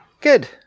Good